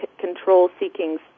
control-seeking